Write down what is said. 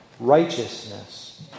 Righteousness